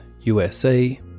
USA